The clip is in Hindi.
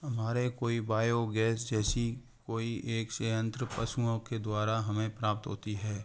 हमारे कोई बायोगैस जैसी कोई एक सयंत्र पशुओं के द्वारा हमें प्राप्त होती है